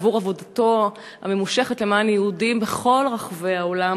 עבור עבודתו הממושכת למען יהודים בכל רחבי העולם